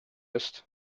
ist